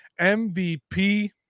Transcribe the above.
MVP